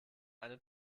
eine